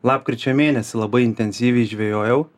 lapkričio mėnesį labai intensyviai žvejojau